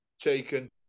taken